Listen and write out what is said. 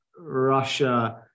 Russia